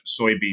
soybean